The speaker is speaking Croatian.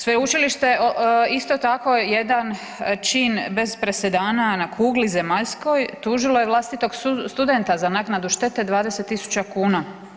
Sveučilište je isto jedan čin bez presedana na kugli zemaljskoj, tužilo je vlastitog studenta za naknadu štete 20 000 kn.